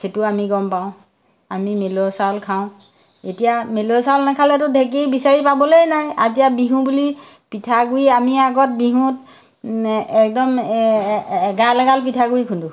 সেইটো আমি গম পাওঁ আমি মিলৰ চাউল খাওঁ এতিয়া মিলৰ চাউল নেখালেতো ঢেঁকী বিচাৰি পাবলৈয়ে নাই এতিয়া বিহু বুলি পিঠাগুড়ি আমি আগত বিহুত একদম এগাল এগাল পিঠাগুড়ি খুন্দোঁ